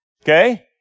Okay